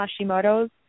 Hashimoto's